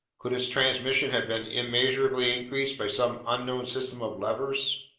could its transmission have been immeasurably increased by some unknown system of levers?